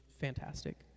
fantastic